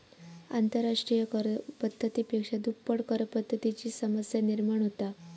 आंतरराष्ट्रिय कर पद्धती पेक्षा दुप्पट करपद्धतीची समस्या निर्माण होता